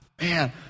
man